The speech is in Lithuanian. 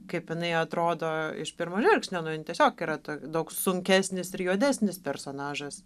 kaip jinai atrodo iš pirmo žvilgsnio nu jin tiesiog yra daug sunkesnis ir juodesnis personažas